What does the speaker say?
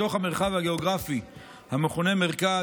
בתוך המרחב הגיאוגרפי המכונה מרכז,